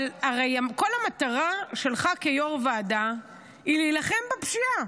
אבל הרי כל המטרה שלך כיו"ר ועדה היא להילחם בפשיעה